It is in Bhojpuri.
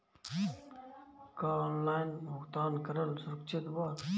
का ऑनलाइन भुगतान करल सुरक्षित बा?